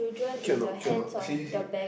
cute or not cute or not see see see